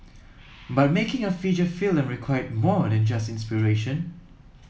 but making a feature film required more than just inspiration